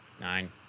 Nine